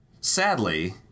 Sadly